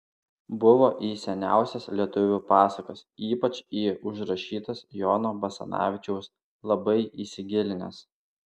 buvo į seniausias lietuvių pasakas ypač į užrašytas jono basanavičiaus labai įsigilinęs